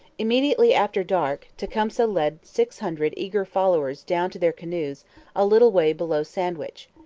immediately after dark tecumseh led six hundred eager followers down to their canoes a little way below sandwich.